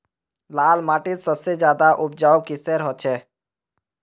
लाल माटित सबसे ज्यादा उपजाऊ किसेर होचए?